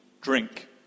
drink